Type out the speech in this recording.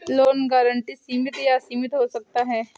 loan guarantee सीमित या असीमित हो सकता है